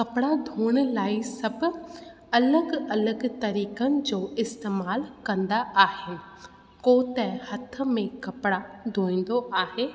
कपिड़ा धुअण लाइ सभु अलॻि अलॻि तरीक़नि जो इस्तेमालु कंदा आहिनि को त हथ में कपिड़ा धोईंदो आहे